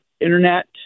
internet